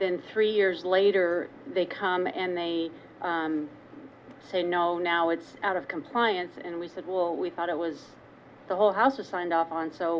then three years later they come and they say no now it's out of compliance and we said well we thought it was the whole house was signed off on so